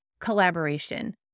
collaboration